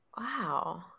Wow